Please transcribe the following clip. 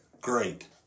Great